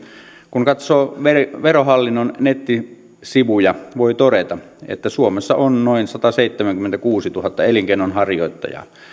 kun katsoo verohallinnon nettisivuja voi todeta että suomessa on noin sataseitsemänkymmentäkuusituhatta elinkeinonharjoittajaa